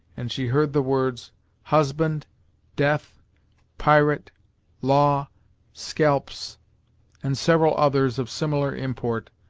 and she heard the words husband death pirate law scalps and several others of similar import,